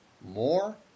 more